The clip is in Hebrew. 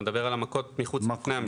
אתה מדבר על המכות לפני המשחק.